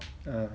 um